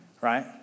Right